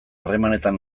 harremanetan